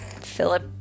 Philip